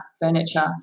furniture